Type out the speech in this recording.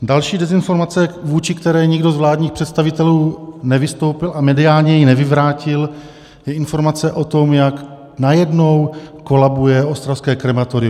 Další dezinformace, vůči které nikdo z vládních představitelů nevystoupil a mediálně ji nevyvrátil, je informace o tom, jak najednou kolabuje ostravské krematorium.